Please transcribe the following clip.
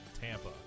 TAMPA